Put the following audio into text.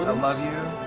ah love you.